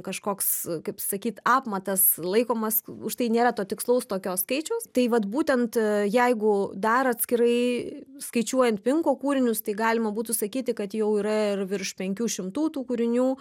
kažkoks kaip sakyt apmatas laikomas užtai nėra to tikslaus tokio skaičiaus tai vat būtent jeigu dar atskirai skaičiuojant pinko kūrinius tai galima būtų sakyti kad jau yra ir virš penkių šimtų tų kūrinių